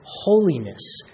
holiness